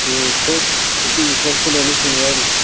ꯑꯝ ꯅꯨꯦꯄꯤꯒꯤ ꯈꯣꯡꯎꯞꯁꯨ ꯂꯣꯏꯅ ꯁꯨꯅ ꯌꯥꯎꯔꯤ